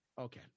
Okay